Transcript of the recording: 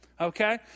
Okay